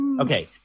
okay